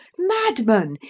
madman!